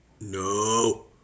No